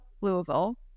Louisville